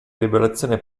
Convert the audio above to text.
liberazione